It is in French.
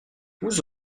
vous